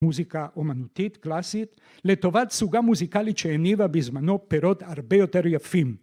מוזיקה אומנותית, קלאסית, לטובת סוגה מוזיקלית שהניבה בזמנו פירות הרבה יותר יפים